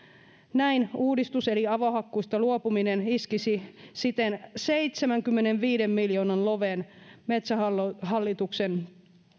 näin uudistus eli avohakkuista luopuminen iskisi siten seitsemänkymmenenviiden miljoonan loven metsähallituksen